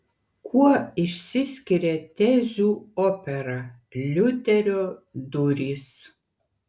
kuo išsiskiria tezių opera liuterio durys